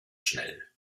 schnell